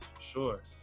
Sure